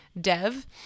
Dev